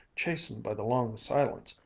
chastened by the long silence,